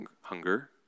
hunger